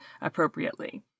appropriately